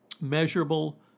measurable